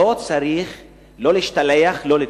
לא צריך לא להשתלח ולא לתקוף.